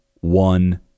one